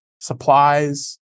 supplies